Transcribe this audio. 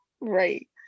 Right